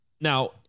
Now